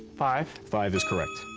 five? five is correct.